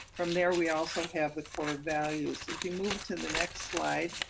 from there we also have the core values. if you move to the next slide,